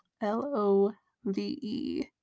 L-O-V-E